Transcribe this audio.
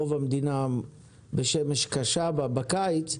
ורוב המדינה בשמש קשה בקיץ,